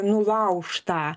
nulauš tą